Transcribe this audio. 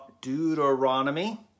Deuteronomy